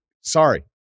sorry